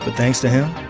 but thanks to him,